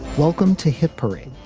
welcome to hit parade,